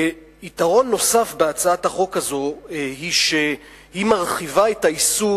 יתרון נוסף בהצעת החוק הזאת הוא שהיא מרחיבה את האיסור